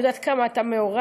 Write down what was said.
אני יודעת כמה אתה מעורב,